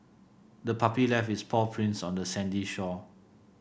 the puppy left its paw prints on the sandy shore